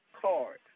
card